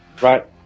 Right